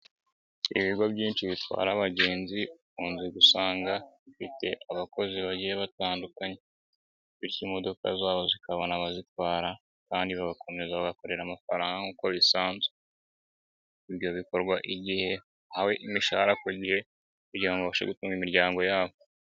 Ibigo byinshi bitwara abagenzi ukunze gusanga bifite abakozi bagiye batandukanye, bityo imodoka zabo zikabona abazitwara kandi baga bagakorera amafaranga bisanzwe. Ibyo bikorwa igihe bahawe imishahara ku gihe kugira ngo babashe gutunga imiryango yabo.